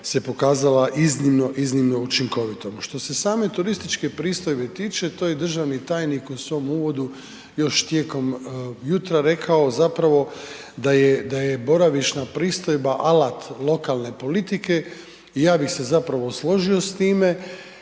je pokazala iznimno, iznimno učinkovitom. Što se same turističke pristojbe tiče, to je državni tajnik u svom uvodu još tijekom jutra rekao zapravo da je boravišna pristojba alat lokalne politike i ja bi se zapravo složio s time